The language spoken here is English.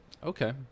Okay